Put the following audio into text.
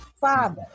father